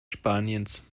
spaniens